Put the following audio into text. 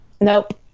Nope